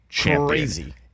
Crazy